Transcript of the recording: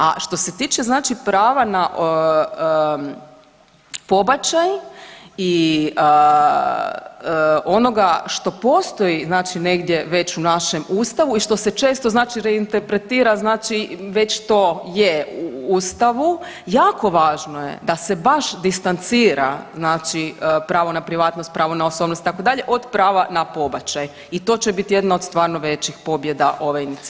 A što se tiče znači prava na pobačaj i onoga što postoji znači negdje već u našem ustavu i što se često znači reinterpretira znači već to je u ustavu, jako važno je da se baš distancira znači pravo na privatnost, pravo na osobnost itd. od prava na pobačaj i to će biti jedna od stvarno većih pobjeda ove inicijative.